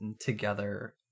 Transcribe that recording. together